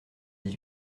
dix